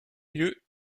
lieu